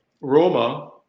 Roma